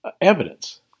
evidence